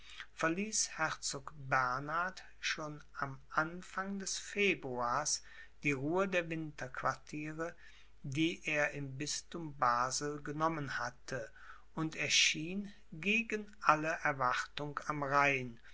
herzog bernhard schon am anfang des februars die ruhe der winterquartiere die er im bisthum basel genommen hatte und erschien gegen alle erwartung am rhein